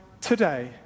today